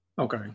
Okay